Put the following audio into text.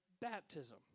baptism